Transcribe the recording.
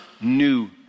new